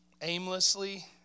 aimlessly